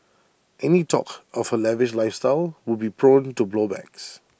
any talk of her lavish lifestyle would be prone to blow backs